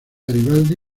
garibaldi